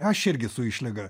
aš irgi su išlyga